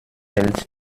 fällt